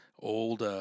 old